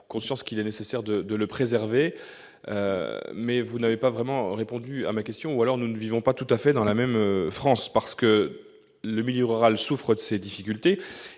conscience de la nécessité de le préserver. Reste que vous n'avez pas vraiment répondu à ma question, ou alors nous ne vivons pas tout à fait dans la même France. Le milieu rural souffre de ces difficultés